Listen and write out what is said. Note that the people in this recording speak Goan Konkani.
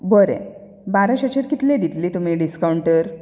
बरें बाराशेचेर कितले दितली तुमी डिस्कावंट तर